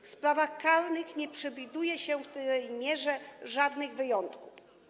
W sprawach karnych nie przewiduje się w tej mierze żadnych wyjątków.